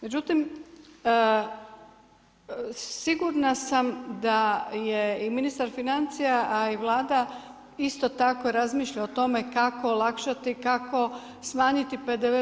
Međutim, sigurna sam da je i ministar financija, a i Vlada isto tako razmišlja o tome kako olakšati, kako smanjiti PDV-e.